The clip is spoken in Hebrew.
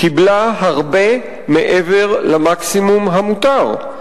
קיבלה הרבה מעבר למקסימום המותר,